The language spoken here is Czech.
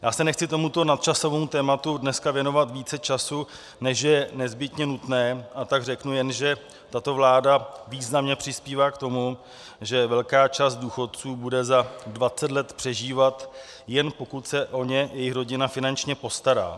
Já nechci tomuto nadčasovému tématu dneska věnovat více času, než je nezbytně nutné, a tak řeknu jen, že tato vláda významně přispívá k tomu, že velká část důchodců bude za dvacet let přežívat, jen pokud se o ně jejich rodina finančně postará.